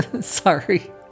Sorry